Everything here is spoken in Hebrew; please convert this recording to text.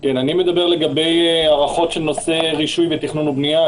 אני מדבר לגבי הארכות של נושא רישוי ותכנון ובנייה,